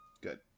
Good